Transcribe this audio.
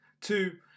two